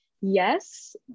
yes